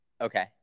okay